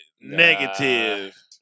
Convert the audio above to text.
negative